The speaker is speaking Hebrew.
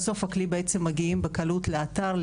בסוף הכלי בעצם מגיעים בקלות לאתר,